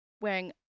wearing